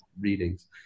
readings